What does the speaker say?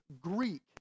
Greek